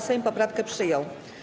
Sejm poprawkę przyjął.